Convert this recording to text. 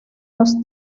los